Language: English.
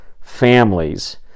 families